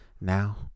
now